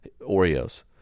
Oreos